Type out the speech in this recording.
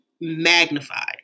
magnified